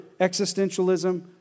existentialism